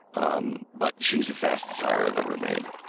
um but she was the fastest hire i've ever made.